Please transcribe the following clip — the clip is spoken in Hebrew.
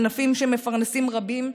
ענפים שמפרנסים רבים.